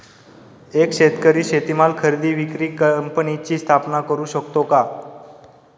एक शेतकरी शेतीमाल खरेदी विक्री कंपनीची स्थापना करु शकतो का?